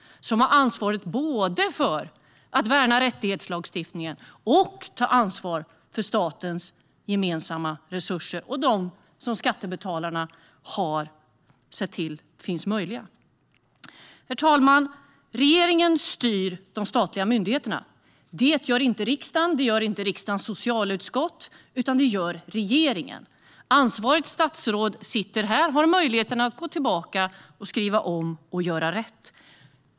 Hon har ansvar för att både värna rättighetslagstiftningen och ta ansvar för statens gemensamma resurser som skattebetalarna har möjliggjort. Herr talman! Regeringen styr de statliga myndigheterna. Det gör inte riksdagen eller riksdagens socialutskott. Ansvarigt statsråd sitter här, och hon har möjlighet att gå tillbaka och skriva om och göra rätt.